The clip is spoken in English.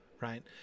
right